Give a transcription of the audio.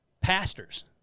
pastors